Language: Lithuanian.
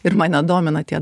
ir mane domina tie